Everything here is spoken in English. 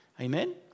Amen